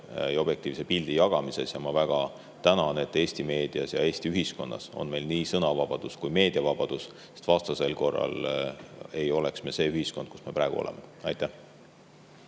objektiivse pildi jagamises. Ja ma väga tänan, et Eesti meedias ja Eesti ühiskonnas on meil nii sõnavabadus kui meediavabadus, sest vastasel korral ei oleks me see ühiskond, mis me praegu oleme. Suur